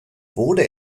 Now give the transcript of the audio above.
wurde